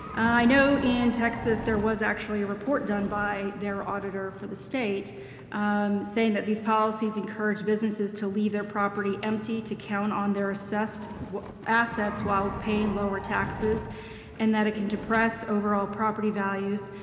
i know in texas there was actually a report done by their auditor for the state saying that these policies encourage business to leave their property empty to count on their assessed assets while paying lower taxes and that it can depress overall property values.